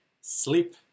sleep